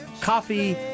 coffee